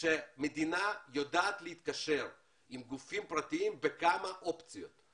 יודע שהמדינה יודעת להתקשר עם גופים פרטיים בכמה אופציות.